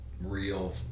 real